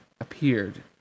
appeared